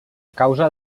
causa